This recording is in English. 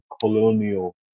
colonial